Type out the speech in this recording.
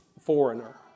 foreigner